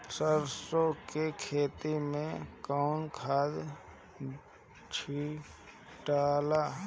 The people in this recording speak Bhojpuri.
सरसो के खेती मे कौन खाद छिटाला?